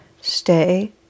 stay